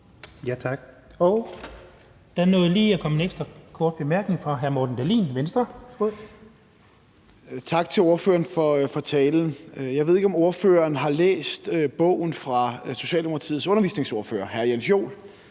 Tak. Der er lige en ekstra kort bemærkning fra hr. Morten Dahlin, Venstre. Værsgo. Kl. 12:41 Morten Dahlin (V): Tak til ordføreren for talen. Jeg ved ikke, om ordføreren har læst bogen fra Socialdemokratiets undervisningsordfører, hr. Jens Joel.